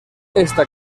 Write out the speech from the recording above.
esta